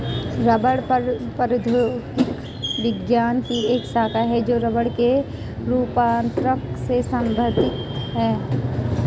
रबड़ प्रौद्योगिकी विज्ञान की एक शाखा है जो रबड़ के रूपांतरण से संबंधित है